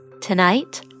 Tonight